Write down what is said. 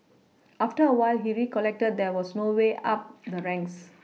after a while he recollected there was no way up the ranks